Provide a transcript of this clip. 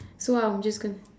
so I'm just gonna